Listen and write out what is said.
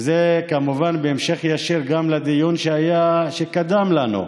וזה כמובן בהמשך ישיר גם לדיון שקדם לנו,